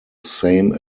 same